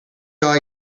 dog